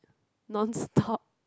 non stop